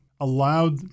allowed